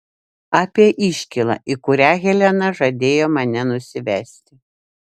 apie iškylą į kurią helena žadėjo mane nusivesti